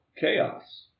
chaos